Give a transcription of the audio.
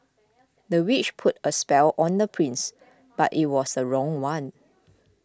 the witch put a spell on the prince but it was the wrong one